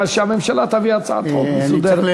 ואז שהממשלה תביא הצעת חוק מסודרת.